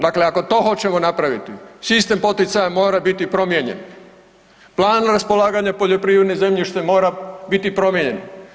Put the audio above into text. Dakle, ako to hoćemo napraviti sistem poticaja mora biti promijenjen, plan raspolaganja poljoprivrednim zemljištem mora biti promijenjen.